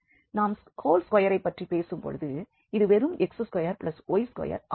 நாம் ஹோல் ஸ்கொயரைப் பற்றி பேசும்பொழுது இது வெறும் x2y2 ஆகும்